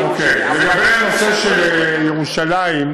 לגבי הנושא של ירושלים.